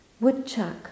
woodchuck